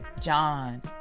John